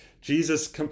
Jesus